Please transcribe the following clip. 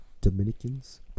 Dominicans